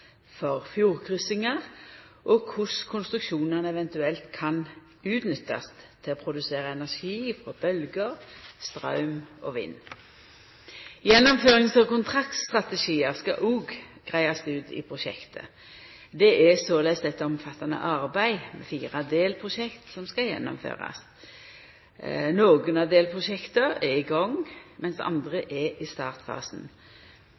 for fjordkryssingar og korleis konstruksjonane eventuelt kan utnyttast til å produsera energi frå bølgjer, straum og vind. Gjennomførings- og kontraktstrategiar skal òg greiast ut i prosjektet. Det er såleis eit omfattande arbeid med fire delprosjekt som skal gjennomførast. Nokre av delprosjekta er i gang,